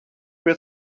pie